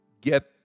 get